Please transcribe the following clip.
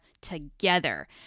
together